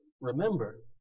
Remember